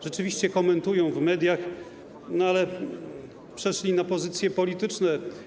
Rzeczywiście komentują w mediach, ale przeszli na pozycje polityczne.